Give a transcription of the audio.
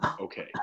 Okay